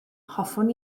hoffwn